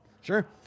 Sure